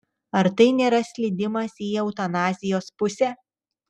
ar tai nėra slydimas į eutanazijos pusę